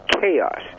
chaos